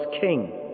king